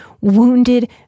wounded